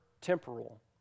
temporal